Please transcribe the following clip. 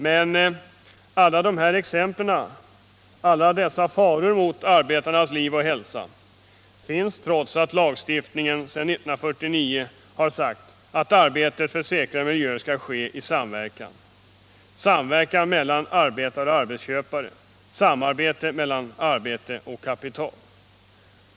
Men alla dessa faror för arbetarnas liv och hälsa finns trots att lagstiftningen sedan 1949 har sagt att arbete för säkrare miljö skall ske i samverkan — samverkan mellan arbetare och arbetsköpare, samarbete mellan arbete och kapital.